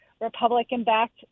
Republican-backed